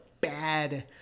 bad